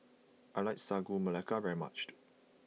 I like Sagu Melaka very much